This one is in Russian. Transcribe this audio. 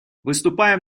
выступаем